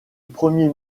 premier